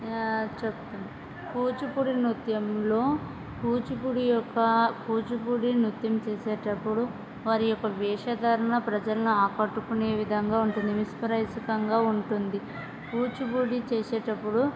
చెప్పండి కూచిపూడి నృత్యంలో కూచిపూడి యొక్క కూచిపూడి నృత్యం చేసేటప్పుడు వారి యొక్క వేషధారణ ప్రజలను ఆకట్టుకునే విధంగా ఉంటుంది మెస్పరైసింగ్గా ఉంటుంది కూచిపూడి చేసేటప్పుడు